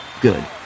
Good